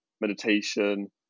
meditation